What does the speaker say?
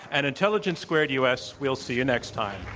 and intelligence squared u. s. we'll see you next time.